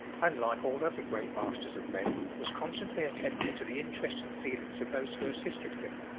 and like all other great masters of men, was constantly attentive to the interests and feelings of those who assisted him.